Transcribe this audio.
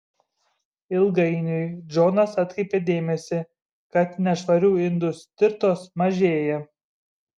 ilgainiui džonas atkreipė dėmesį kad nešvarių indų stirtos mažėja